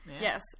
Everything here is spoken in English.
Yes